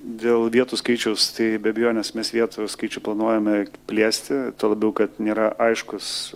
dėl vietų skaičiaus tai be abejonės mes vietų skaičių planuojame plėsti tuo labiau kad nėra aiškus